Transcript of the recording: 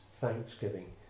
thanksgiving